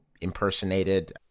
impersonated